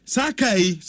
Sakai